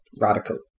Radical